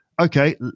Okay